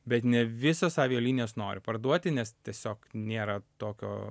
bet ne visos avialinijos nori parduoti nes tiesiog nėra tokio